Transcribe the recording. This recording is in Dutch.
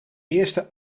eerste